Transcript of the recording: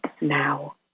now